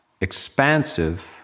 Expansive